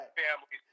family